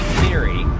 theory